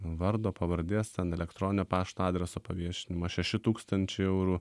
vardo pavardės ten elektroninio pašto adreso paviešinimą šeši tūkstančiai eurų